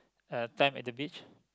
a time at the beach